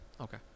Okay